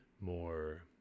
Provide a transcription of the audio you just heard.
more